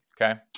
Okay